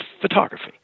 photography